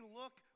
look